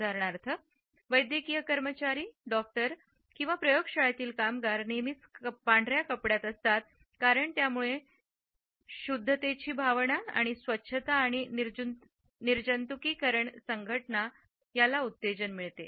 उदाहरणार्थ वैद्यकीय कर्मचारी डॉक्टर प्रयोगशाळेतील कामगार नेहमीच पांढर्या कपड्यात असतात कारण यामुळे शुद्धीची भावना आणि स्वच्छता आणि निर्जंतुकीकरण संघटना याला देखील उत्तेजन देते